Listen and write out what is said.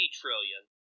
trillion